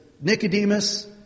Nicodemus